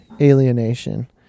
alienation